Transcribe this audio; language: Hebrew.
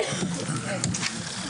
הישיבה ננעלה בשעה 12:20.